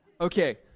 Okay